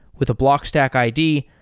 with a blockstack id,